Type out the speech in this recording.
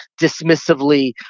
dismissively